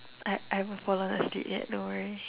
I have I haven't fallen asleep yet don't worry